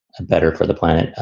ah better for the planet.